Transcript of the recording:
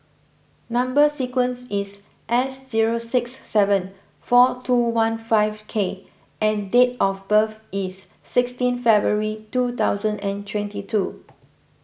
Number Sequence is S zero six seven four two one five K and date of birth is sixteen February two thousand and twenty two